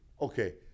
Okay